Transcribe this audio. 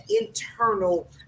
internal